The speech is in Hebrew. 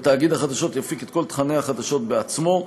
ותאגיד החדשות יפיק את כל תוכני החדשות בעצמו.